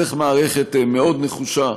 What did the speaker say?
צריך מערכת מאוד נחושה,